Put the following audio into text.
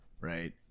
right